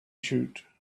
shoot